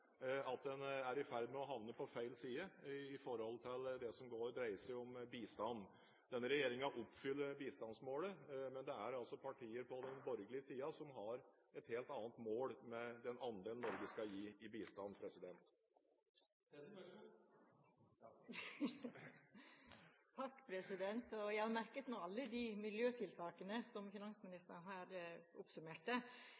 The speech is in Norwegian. at de er i ferd med å havne på feil side når det gjelder det som dreier seg om bistand. Denne regjeringen oppfyller bistandsmålet, men det er altså partier på den borgerlige siden som har et helt annet mål med den andelen Norge skal gi i bistand. Jeg har merket meg alle de miljøtiltakene som